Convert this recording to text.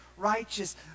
righteous